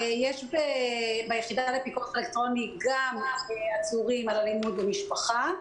יש ביחידה לפיקוח אלקטרוני גם עצורים על אלימות במשפחה.